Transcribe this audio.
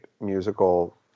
musical